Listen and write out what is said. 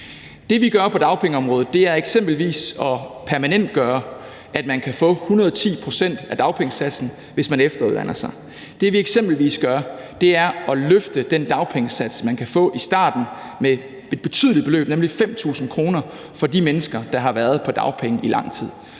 Det, vi gør på dagpengeområdet, er eksempelvis at permanentgøre, at man kan få 110 pct. af dagpengesatsen, hvis man efteruddanner sig. Det, vi eksempelvis gør, er at løfte den dagpengesats, man kan få i starten, med et betydeligt beløb, nemlig 5.000 kr., for de mennesker, der har været på arbejdsmarkedet i lang tid.